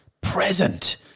present